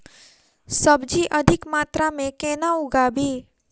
सब्जी अधिक मात्रा मे केना उगाबी?